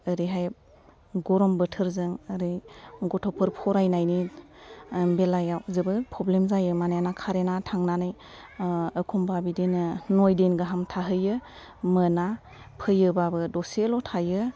ओरैहाय गरम बोथोरजों ओरै गथ'फोर फरानायनि बेलायावबो जोबोद प्रब्लेम जायो मानोना खारेना थांनानै एखनबा बिदिनो नइदिन गाहाम थाहैयो मोना फैयोबाबो दसेल' थायो